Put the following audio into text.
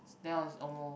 then I was almost